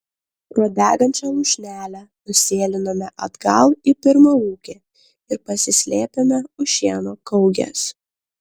pro degančią lūšnelę nusėlinome atgal į pirmą ūkį ir pasislėpėme už šieno kaugės